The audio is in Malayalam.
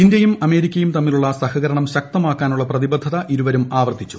ഇന്ത്യയും അമേരിക്കയും തമ്മിലുള്ള സഹകരണം ശക്തമാക്കാനുള്ള പ്രതിബദ്ധത ഇരുവരും ആവർത്തിച്ചു